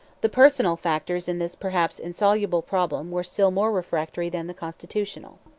the personal factors in this perhaps insoluble problem were still more refractory than the constitutional.